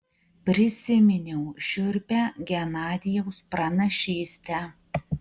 prisiminiau šiurpią genadijaus pranašystę